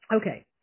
Okay